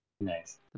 Nice